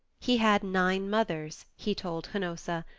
he had nine mothers, he told hnossa,